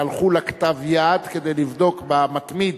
והלכו לכתב-היד כדי לבדוק ב"המתמיד"